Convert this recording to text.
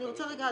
אני רוצה רגע,